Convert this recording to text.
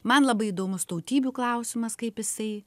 man labai įdomus tautybių klausimas kaip jisai